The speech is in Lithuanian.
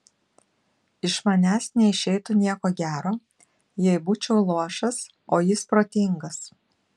iš manęs neišeitų nieko gero jei būčiau luošas o jis protingas